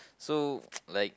so like